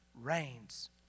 reigns